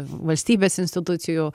valstybės institucijų